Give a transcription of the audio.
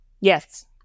Yes